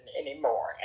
anymore